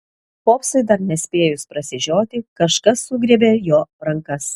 popsui dar nespėjus prasižioti kažkas sugriebė jo rankas